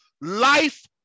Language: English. life